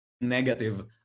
negative